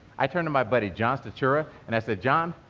i turned to my buddy, john statura, and i said, john,